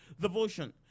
devotion